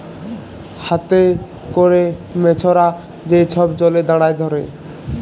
হাতে ক্যরে মেছরা যে ছব জলে দাঁড়ায় ধ্যরে